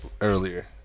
earlier